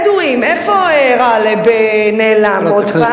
בדואים, איפה גאלב נעלם עוד פעם?